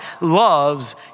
loves